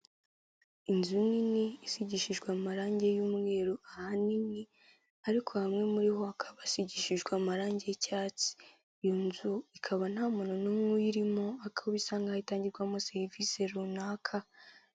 Inzu nini isigishijwe amarangi y'umweru ahanini, ariko hamwe muri ho hakaba hasigishijwe amarangi y'icyatsi. Iyo nzu ikaba nta muntu n'umwe uyirimo ariko bisa nkaho itangirwamo serivisi runaka.